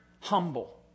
humble